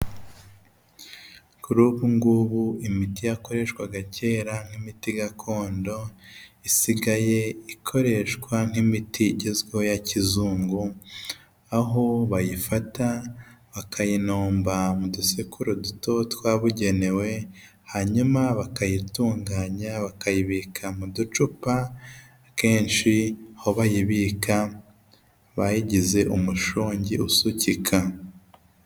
Kuri ubu ngubu imiti yakoreshwaga kera nk'imiti gakondo, isigaye ikoreshwa nk'imiti igezweho ya kizungu, aho bayifata bakayinomba mu dusekuru duto twabugenewe, hanyuma bakayitunganya, bakayibika mu ducupa, akeshi aho bayibika bayigize umushongi usukika.